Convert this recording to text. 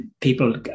people